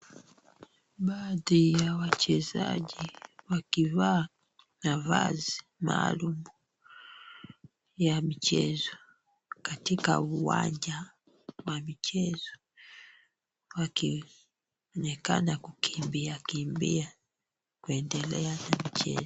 Baadhi ya wachezaji wakivaa mavazi maalum ya michezo katika uwanja wa michezo wakionekana kukimbia kimbia wakiendelea na mchezo.